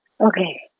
Okay